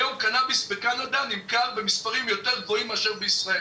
היום קנאביס בקנדה נמכר במספרים הרבה יותר גבוהים מאשר בישראל